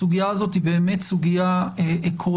הסוגיה הזאת היא באמת סוגיה עקרונית,